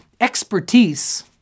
expertise